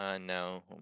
No